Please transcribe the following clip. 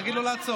תגיד לו לעצור.